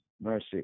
mercy